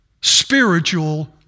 spiritual